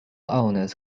owners